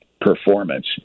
performance